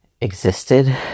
existed